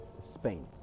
Spain